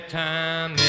time